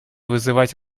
вызывать